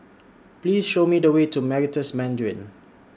Please Show Me The Way to Meritus Mandarin